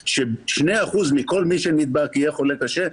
ש-2% מכל מי שנדבק יהיה חולה קשה,